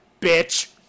Bitch